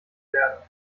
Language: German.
werden